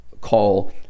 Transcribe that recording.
call